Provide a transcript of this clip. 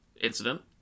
incident